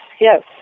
yes